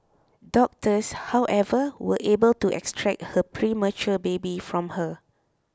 doctors however were able to extract her premature baby from her